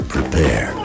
Prepare